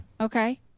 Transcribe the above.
Okay